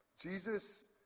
Jesus